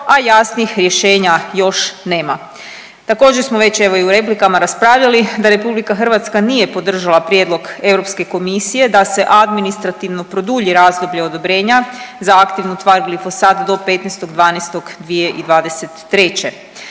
a jasnih rješenja još nema. Također smo već, evo i u replikama raspravljali da RH nije podržala prijedlog EK da se administrativno produlji razdoblje odobrenja za aktivnu tvar glifosat do 15.12.2023.